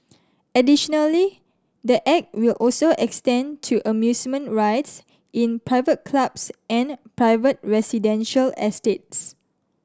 additionally the Act will also extend to amusement rides in private clubs and private residential estates